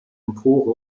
empore